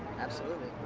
absolutely.